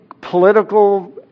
political